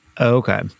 okay